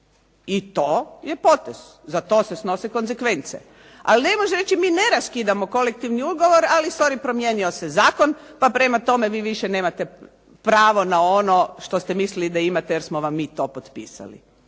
I to je potez, za to se snose konsekvence. Ali ne može reći mi ne raskidamo kolektivni ugovor, ali sory promijenio se zakon, pa prema tome vi više nemate pravo na ono što ste mislili da imate, jer smo vam mi to potpisali.